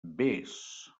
vés